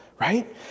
Right